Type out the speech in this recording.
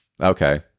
okay